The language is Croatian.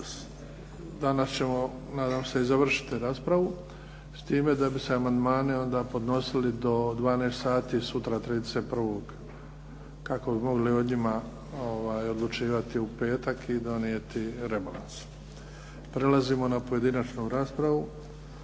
danas ćemo nadam se i završiti raspravu, s time da bi se amandmani onda podnosili do 12 sati sutra 31. kako bi mogli o njima odlučivati u petak i donijeti rebalans. Prilazimo na pojedinačnu raspravu.